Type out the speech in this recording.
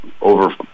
over